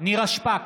נירה שפק,